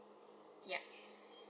ya